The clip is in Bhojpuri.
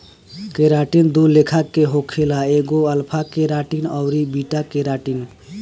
केराटिन दू लेखा के होखेला एगो अल्फ़ा केराटिन अउरी बीटा केराटिन